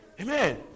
Amen